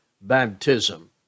baptism